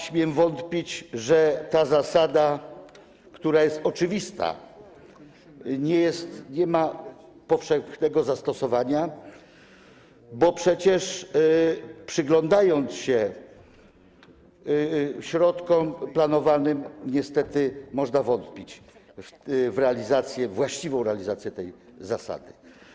Śmiem wątpić i twierdzić, że ta zasada, która jest oczywista, nie ma powszechnego zastosowania, bo przecież przyglądając się środkom planowanym, niestety można wątpić w realizację, właściwą realizację tej zasady.